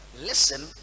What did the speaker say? listen